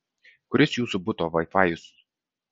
kuris jūsų buto vaifajus